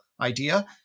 idea